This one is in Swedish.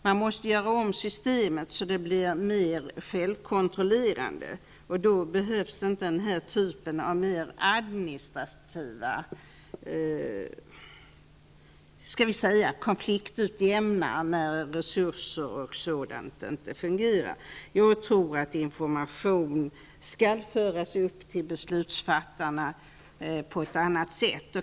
Man måste göra om systemet så att det blir mer självkontrollerande, och då behövs inte någon sorts administrativa ''konfliktutjämnare'', när resurserna inte är tillräckliga. Jag tror att information skall föras upp till beslutsfattarna på ett annat sätt.